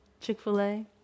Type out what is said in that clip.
Chick-fil-A